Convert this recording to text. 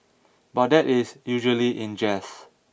but that is usually in jest